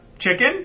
chicken